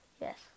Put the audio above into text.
Yes